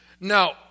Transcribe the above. Now